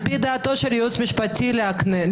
על פי דעתו של הייעוץ המשפטי לכנסת,